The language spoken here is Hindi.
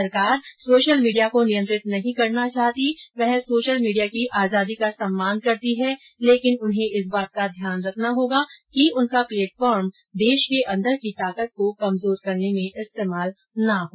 सरकार सोशल मीडिया को नियंत्रित नहीं करना चाहती वह सोशल मीडिया की आजादी का सम्मान करती है लेकिन उन्हें इस बात का ध्यान रखना होगा कि उनका प्लेटफॉर्म देश के अंदर की ताकत को कमजोर करने में इस्तेमाल न हो